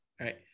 right